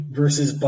versus